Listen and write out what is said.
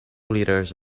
liters